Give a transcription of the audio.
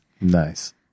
Nice